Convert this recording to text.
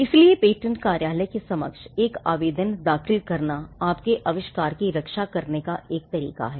इसलिए पेटेंट कार्यालय के समक्ष एक आवेदन दाखिल करना आपके आविष्कार की रक्षा करने का एक तरीका है